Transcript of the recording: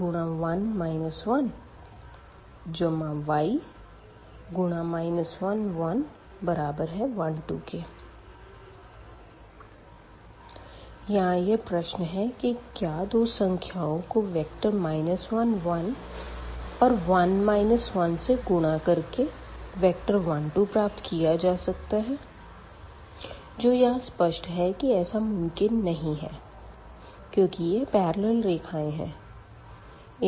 x1 1 y 1 1 1 2 यहाँ यह प्रश्न है कि क्या दो संख्याओं को वेक्टर 1 1 और 1 1 से गुणा कर कर वेक्टर 1 2 प्राप्त किया जा सकता है जो यहाँ स्पष्ट है कि ऐसा मुमकिन नहीं है क्योंकि यह पेरलल रेखाएँ है